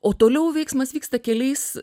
o toliau veiksmas vyksta keliais